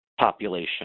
population